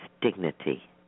dignity